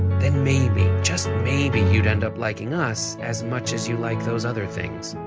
then maybe, just maybe, you'd end up liking us as much as you like those other things.